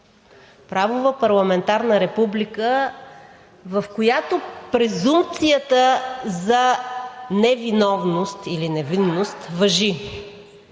правова парламентарна република, в която презумпцията за невиновност или невинност важи.